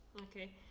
Okay